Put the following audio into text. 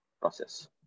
process